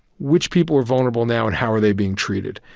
which people are vulnerable now and how are they being treated?